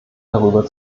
darüber